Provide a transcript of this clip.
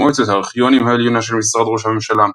מועצת הארכיונים העליונה של משרד ראש הממשלה,